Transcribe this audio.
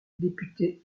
député